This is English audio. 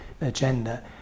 agenda